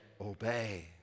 obey